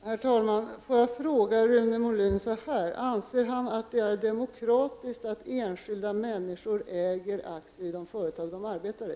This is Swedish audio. Herr talman! Får jag fråga Rune Molin: Anser han att det är demokratiskt att enskilda människor äger aktier i de företag som de arbetar i?